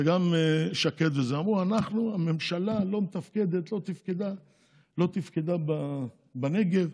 וגם שקד אמרו: הממשלה לא מתפקדת, לא תפקדה בנגב,